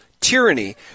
tyranny